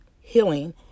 healing